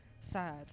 sad